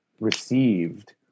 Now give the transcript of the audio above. received